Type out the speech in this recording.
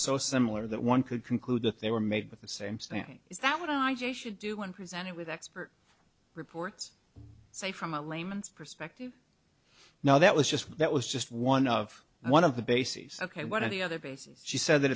so similar that one could conclude that they were made with the same standing is that what i should do when presented with expert reports say from a layman's perspective now that was just that was just one of one of the bases ok one of the other bases she said that